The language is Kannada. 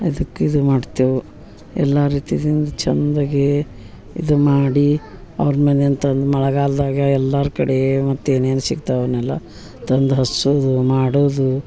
ಅದಕ್ಕೆ ಇದು ಮಾಡ್ತೇವೆ ಎಲ್ಲ ರೀತಿದಿಂದ ಚಂದಗೆ ಇದು ಮಾಡಿ ಅವ್ರ ಮನಿಯನ್ ತಂದು ಮಳೆಗಾಲ್ದಾಗೆ ಎಲ್ಲರ ಕಡೆ ಮತ್ತು ಏನೇನು ಸಿಕ್ತಾವ್ ಅವನ್ನೆಲ್ಲ ತಂದು ಹಸುದು ಮಾಡೋದು